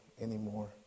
anymore